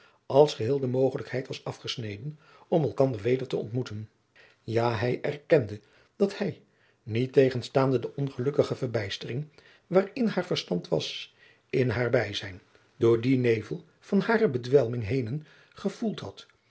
als geheel de mogelijkheid was afgesneden om elkander weder te ontmoeten ja hij erkende dat hij niettegenstaande de ongelukkige verbijstering waarin haar verstand was in haar bijzijn door dien nevel van hare bedwelming henen geveld had